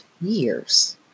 years